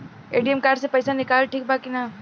ATM card से पईसा निकालल ठीक बा की ना?